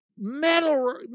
metal